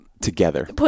together